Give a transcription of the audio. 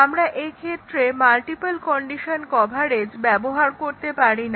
আমরা এক্ষেত্রে multiple condition coverage ব্যবহার করতে পারি না